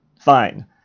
fine